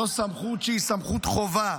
זו סמכות שהיא סמכות חובה.